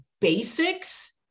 basics